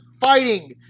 fighting